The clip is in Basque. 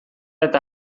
eta